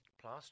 plus